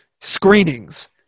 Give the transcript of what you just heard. screenings